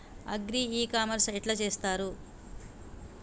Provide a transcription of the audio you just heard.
Agri e commerce ఎట్ల చేస్తరు?